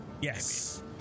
yes